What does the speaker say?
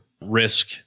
risk